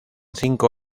cinco